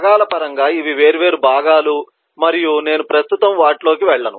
భాగాల పరంగా ఇవి వేర్వేరు భాగాలు మరియు నేను ప్రస్తుతం వాటిలోకి వెళ్ళను